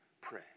pray